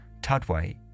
Tudway